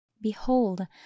Behold